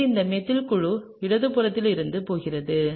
எனவே இந்த மெத்தில் குழு இடதுபுறத்தில் இருக்கப் போகிறது